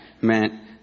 meant